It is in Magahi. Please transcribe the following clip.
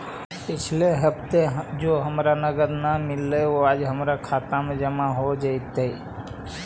पिछले हफ्ते जो नकद हमारा न मिललइ वो आज हमर खता में जमा हो जतई